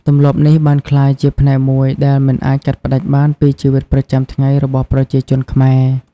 ទម្លាប់នេះបានក្លាយជាផ្នែកមួយដែលមិនអាចកាត់ផ្ដាច់បានពីជីវិតប្រចាំថ្ងៃរបស់ប្រជាជនខ្មែរ។